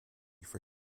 for